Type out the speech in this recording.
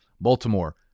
Baltimore